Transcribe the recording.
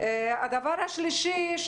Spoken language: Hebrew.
הדבר השלישי זאת